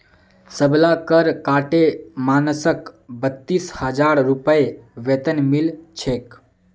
सबला कर काटे मानसक बत्तीस हजार रूपए वेतन मिल छेक